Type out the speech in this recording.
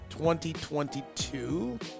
2022